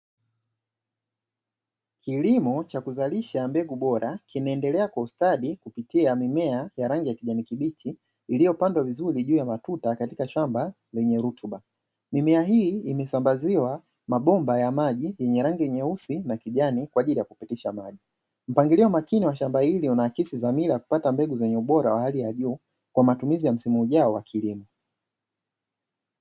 Kilimo cha kuzalisha mbegu bora kinaendelea kwa ustadi kupitia mimea ya rangi ya kijani kibichi, iliyopandwa vizuri juu ya matuta katika shamba lenye rutuba. Mimea hii imesambaziwa mabomba ya maji yenye rangi nyeusi na kijani, kwa ajili ya kupitisha maji. Mpangilio makini wa shamba hili unaakisi dhamira ya kupata mbegu zenye ubora wa hali ya juu, kwa matumizi ya msimu ujao wa kilimo.